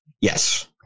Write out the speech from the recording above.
Yes